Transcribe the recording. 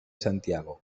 santiago